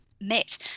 met